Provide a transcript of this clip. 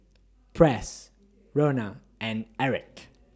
Press Rhona and Erick